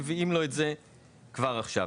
אבל מביאים לו אותו כבר עכשיו.